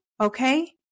Okay